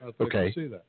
Okay